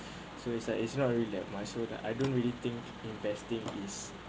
so it's like it's not really that much so that I don't really think investing is